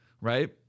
right